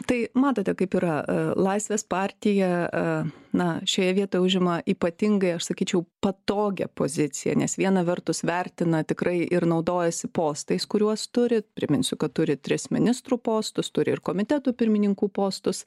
tai matote kaip yra laisvės partija na šioje vietą užima ypatingai aš sakyčiau patogią poziciją nes viena vertus vertina tikrai ir naudojasi postais kuriuos turi priminsiu kad turi tris ministrų postus turi ir komitetų pirmininkų postus